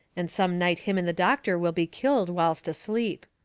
and some night him and the doctor will be killed whilst asleep.